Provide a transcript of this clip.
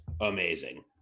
amazing